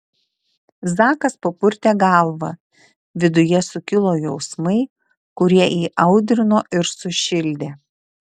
zakas papurtė galvą viduje sukilo jausmai kurie įaudrino ir sušildė